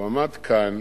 הוא עמד כאן